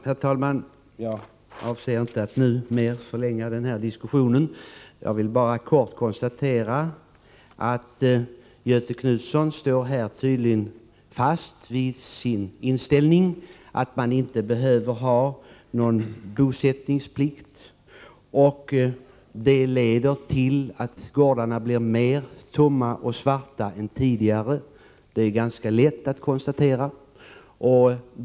Herr talman! Jag avser inte att nu ytterligare förlänga denna diskussion. Jag vill bara kort konstatera att Göthe Knutson tydligen står fast vid sin inställning att vi inte behöver någon bosättningsplikt. Det leder till att fler gårdar än tidigare blir tomma och svarta. Det är ganska lätt att dra den slutsatsen.